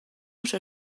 oso